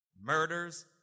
murders